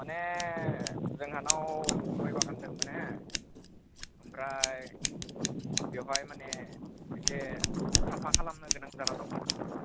माने जोंहानाव गय बागान दंमोन हो ओमफ्राय बेवहाय माने एसे साफा खालामनो गोनां जाना दंमोन